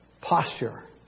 posture